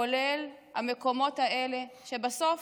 כולל המקומות האלה, שבסוף,